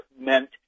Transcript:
meant